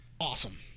Awesome